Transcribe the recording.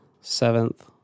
seventh